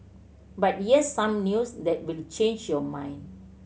but here's some news that will change your mind